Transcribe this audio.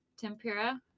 Tempura